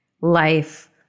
life